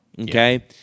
okay